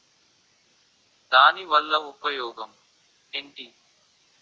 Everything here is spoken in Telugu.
దాని వల్ల ఉపయోగం ఎంటి?